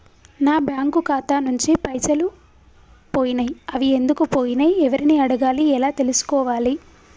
నా బ్యాంకు ఖాతా నుంచి పైసలు పోయినయ్ అవి ఎందుకు పోయినయ్ ఎవరిని అడగాలి ఎలా తెలుసుకోవాలి?